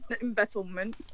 embezzlement